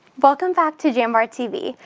welcome back to jambar tv.